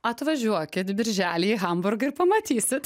atvažiuokit birželį į hamburgą ir pamatysit